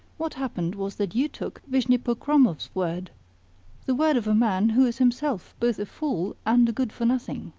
what happened was that you took vishnepokromov's word the word of a man who is himself both a fool and a good-for-nothing.